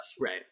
right